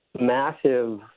massive